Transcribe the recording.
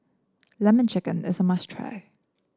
lemon chicken is a must try